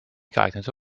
geeignete